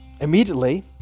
immediately